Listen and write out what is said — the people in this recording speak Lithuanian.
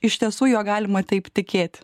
iš tiesų juo galima taip tikėti